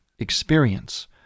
experience